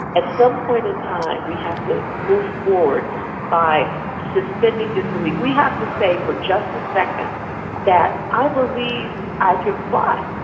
at some point in time we have to do move forward by suspending disbelief. we have to say for just a second that i believe i can fly,